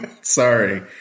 Sorry